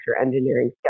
engineering